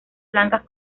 blancas